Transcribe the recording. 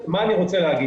מה אני רוצה להגיד?